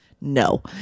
No